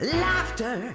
laughter